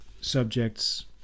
subjects